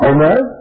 Amen